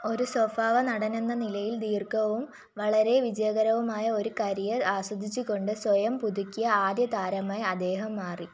ഒരു സ്വഭാവ നടനെന്ന നിലയിൽ ദീർഘവും വളരെ വിജയകരവുമായ ഒരു കരിയർ ആസ്വദിച്ചുകൊണ്ട് സ്വയം പുതുക്കിയ ആദ്യ താരമായി അദ്ദേഹം മാറി